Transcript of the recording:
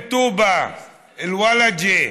אום טובא, אל-ולג'ה.